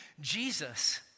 Jesus